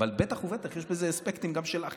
אבל בטח ובטח יש לזה גם אספקטים של אכיפה.